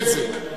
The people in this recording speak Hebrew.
"בזק",